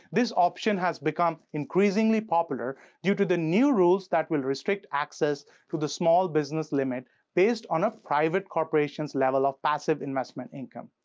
this option has become increasingly popular due to the new rules that will restrict access to the small business limit based on a private corporation's level of passive investment income.